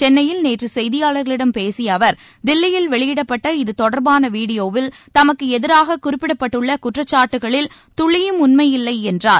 சென்னையில் நேற்று செய்தியாளர்களிடம் பேசிய அவர் தில்லியில் வெளியிடப்பட்ட இது தொடர்பான வீடியோவில் தமக்கு எதிராக குறிப்பிடப்பட்டுள்ள குற்றச்சாட்டுக்களில் துளியும் உண்மையில்லை என்றார்